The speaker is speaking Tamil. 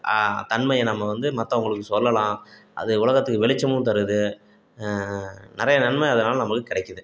தன்மையை நம்ம வந்து மற்றவங்களுக்குச் சொல்லலாம் அது உலகத்துக்கு வெளிச்சமும் தருது நிறைய நன்மை அதனால் நம்மளுக்கு கிடைக்கிது